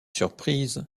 surprise